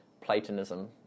Platonism